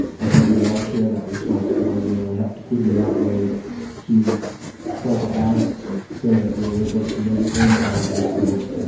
i think we all share that responsibility and we have to figure out ways to strike a balance so that we are able to maintain all of our schools.